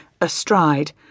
astride